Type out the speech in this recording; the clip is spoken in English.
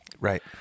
Right